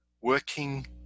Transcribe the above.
working